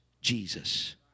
Jesus